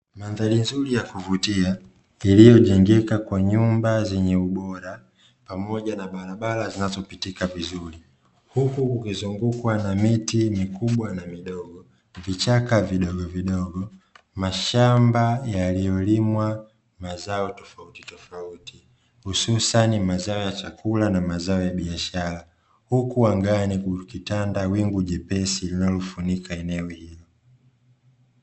Mandhari nzuri ya kuvutia iliyo jengeka kwa nyumba zenye ubora pamoja na barabara zinazopitika vizuri huku kukuzungukwa na miti mikubwa na midogo, vichaka vidogo vidogo, mashamba yaliyolimwa mazao tofautitofauti hususani ya chakula na mazao ya biashara. Huku angani kukitanda wingu jepesi linalofunika eneo hilo.